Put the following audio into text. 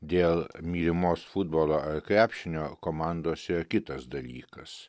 dėl mylimos futbolo ar krepšinio komandos yra kitas dalykas